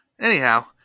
Anyhow